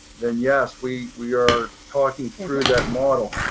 then yes, we we are talking through that model.